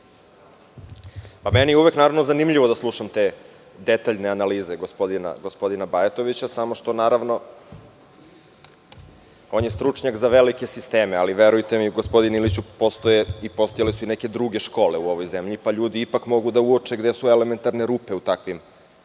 Meni je uvek zanimljivo da slušam te detaljne analize gospodina Bajtovića, samo što, naravno, on je stručnjak za velike sisteme, ali verujte mi, gospodine Iliću, postojale su i neke druge škole u ovoj zemlji, pa ljudi ipak mogu da uoče gde su elementarne rupe u takvim